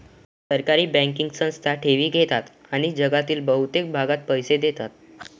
सहकारी बँकिंग संस्था ठेवी घेतात आणि जगातील बहुतेक भागात पैसे देतात